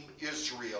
Israel